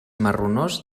marronós